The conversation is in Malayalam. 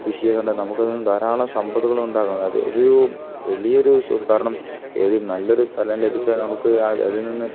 കൃഷിയൊക്കെ ഉണ്ട് നമുക്ക് അതിൽ നിന്ന് ധാരളം സമ്പത്തകൾ ഉണ്ടാക്കും അത് ഒരു വലിയ ഒരു സോ കാരണം ഏത് നല്ല ഒരു സ്ഥലം ലഭിച്ചാൽ നമുക്ക് അതിൽ നിന്ന്